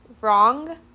wrong